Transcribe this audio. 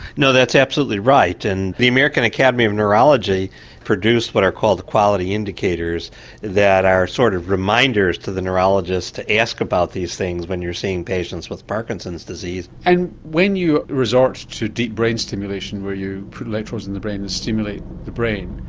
no, that's absolutely right, and the american academy of neurology produced what are called the quality indicators that are sort of reminders to the neurologists to ask about these things when you're seeing patients with parkinson's disease. and when you resort to deep brain stimulation where you put electrodes in the brain and stimulate the brain,